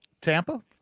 Tampa